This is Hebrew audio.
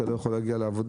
אתה לא יכול להגיע לעבודה,